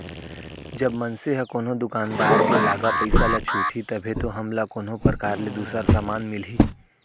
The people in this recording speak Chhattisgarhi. जब मनसे ह कोनो दुकानदार के लागा पइसा ल छुटही तभे तो हमला कोनो परकार ले दूसर समान मिलही